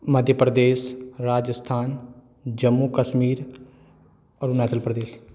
Madhya Pradesh Rajasthan Jammu Kashmir Arunachal Pradesh